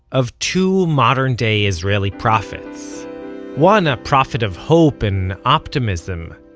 of two modern-day israeli prophets one a prophet of hope and optimism.